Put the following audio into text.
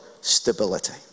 stability